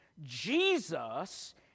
Jesus